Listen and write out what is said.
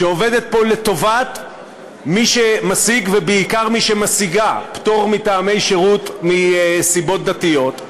שעובדת פה לטובת מי שמשיג ובעיקר מי שמשיגה פטור משירות מסיבות דתיות,